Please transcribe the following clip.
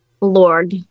Lord